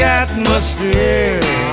atmosphere